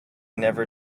never